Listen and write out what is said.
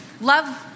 Love